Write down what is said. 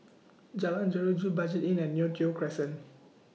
Jalan Jeruju Budget Inn and Neo Tiew Crescent